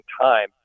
time